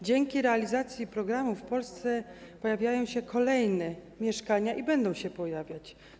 Dzięki realizacji programów w Polsce pojawiają się kolejne mieszkania i będą się pojawiać.